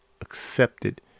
accepted